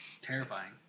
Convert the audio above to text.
Terrifying